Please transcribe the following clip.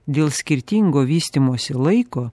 dėl skirtingo vystymosi laiko